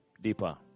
deeper